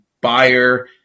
buyer